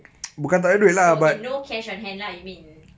okay no cash on hand lah you mean